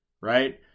right